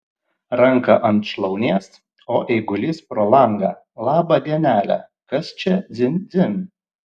ranką ant šlaunies o eigulys pro langą labą dienelę kas čia dzin dzin